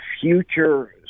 future